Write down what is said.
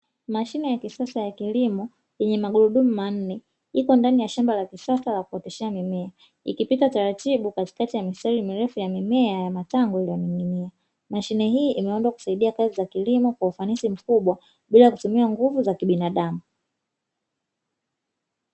Mashine ya kisasa ya kilimo yenye magurudumu manne ipo ndani ya shamba la kisasa la kuoteshea mimea ikipita taratibu katikati ya mistari mirefu ya mimea ya matango iliyoning'inia. Mashine hii imeundwa kusaidia kazi za kilimo kwa ufanisi mkubwa bila kutumia nguvu za kibinadamu.